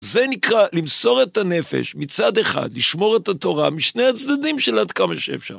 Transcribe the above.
זה נקרא למסור את הנפש מצד אחד, לשמור את התורה משני הצדדים של עד כמה שאפשר.